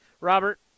Robert